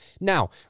Now